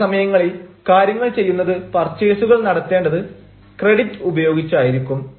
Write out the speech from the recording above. ചില സമയങ്ങളിൽ കാര്യങ്ങൾ ചെയ്യുന്നത് പർച്ചേഴ്സുകൾ നടത്തേണ്ടത് ക്രെഡിറ്റ് ഉപയോഗിച്ചായിരിക്കും